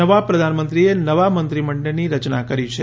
નવા પ્રધાનમંત્રીએ નવા મંત્રીમંડળની રચના કરી છે